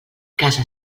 casa